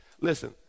Listen